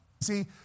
See